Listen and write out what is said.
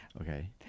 okay